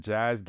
Jazz